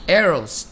arrows